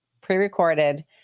pre-recorded